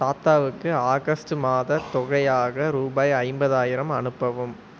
தாத்தாவுக்கு ஆகஸ்ட் மாதத் தொகையாக ரூபாய் ஐம்பதாயிரம் அனுப்பவும்